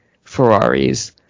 Ferraris